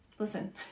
listen